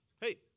Hey